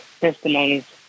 testimonies